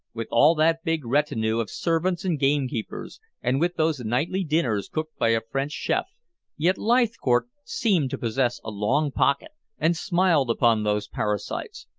with all that big retinue of servants and gamekeepers, and with those nightly dinners cooked by a french chef yet leithcourt seemed to possess a long pocket and smiled upon those parasites,